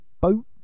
boat